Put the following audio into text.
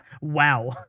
Wow